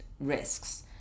risks